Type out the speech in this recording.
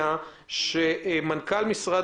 חשש שנעשה משהו